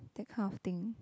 that kind of thing